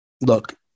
Look